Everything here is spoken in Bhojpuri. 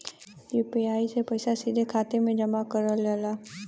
यू.पी.आई से पइसा सीधा खाते में जमा कगल जाला